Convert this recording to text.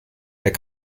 herr